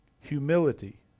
Humility